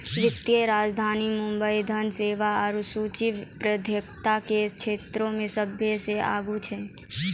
वित्तीय राजधानी मुंबई धन सेवा आरु सूचना प्रौद्योगिकी के क्षेत्रमे सभ्भे से आगू छै